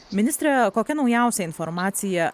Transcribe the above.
ministre kokia naujausia informacija